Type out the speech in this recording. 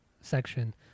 section